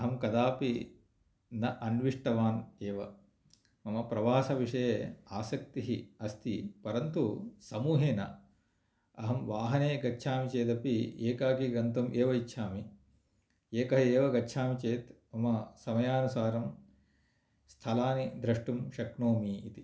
अहं कदापि न अन्विष्टवान् एव मम प्रवासविषये आसक्तिः अस्ति परन्तु समूहे न अहं वाहने गच्छामि चेदपि एकाकि गन्तुम् एव इच्छामि एकः एव गच्छामः चेत् मम समयानुसारं स्थलानि द्रष्टुं शक्नोमि इति